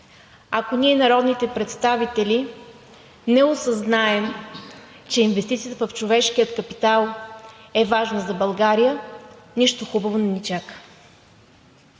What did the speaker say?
Ако ние, народните представители, не осъзнаем, че инвестицията в човешкия капитал е важна за България, нищо хубаво не ни чака.